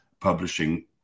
publishing